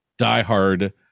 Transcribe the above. diehard